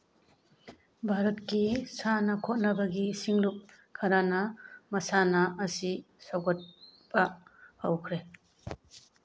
ꯚꯥꯔꯠꯀꯤ ꯁꯥꯟꯅ ꯈꯣꯠꯅꯕꯒꯤ ꯁꯤꯡꯂꯨꯞ ꯈꯔꯅ ꯃꯁꯥꯟꯅ ꯑꯁꯤ ꯁꯧꯒꯠꯄ ꯍꯧꯈ꯭ꯔꯦ